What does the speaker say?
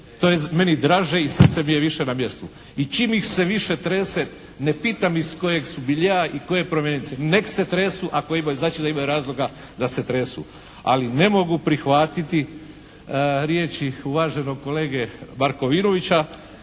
to je meni draže i srce mi je više na mjestu. I čim ih se više trese, ne pitam iz kojeg su miljea i koje … /Govornik se ne razumije./ … Nek se tresu ako imaju, znači da imaju razloga da se tresu. Ali ne mogu prihvatiti riječi uvaženog kolege Markovinovića